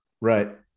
Right